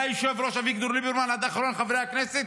מהיושב-ראש אביגדור ליברמן עד אחרון חברי הכנסת,